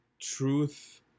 truth